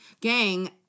gang